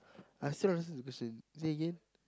I still don't understand the question say again